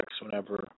whenever